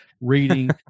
reading